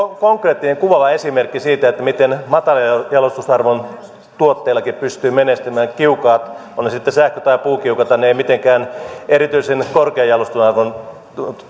konkreettinen kuvaava esimerkki siitä miten matalan jalostusarvon tuotteellakin pystyy menestymään ovat kiukaat ovat ne sitten sähkö tai puukiukaita ne eivät mitenkään erityisen korkean jalostusarvon